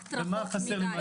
הלכת רחוק מדי.